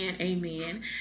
Amen